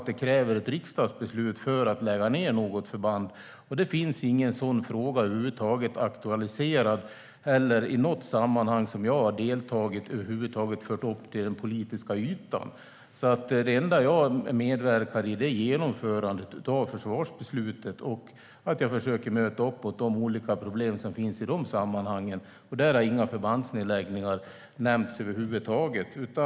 Det krävs ett riksdagsbeslut för att man ska kunna lägga ned något förband, och det finns ingen sådan fråga aktualiserad över huvud taget. Det har inte i något sammanhang där jag har deltagit över huvud taget förts upp till den politiska ytan. Det enda jag medverkar i är genomförandet av försvarsbeslutet. Jag försöker möta upp de olika problem som finns i dessa sammanhang, och där har inga förbandsnedläggningar nämnts över huvud taget.